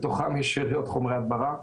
בתוכם יש חומרי הדברה.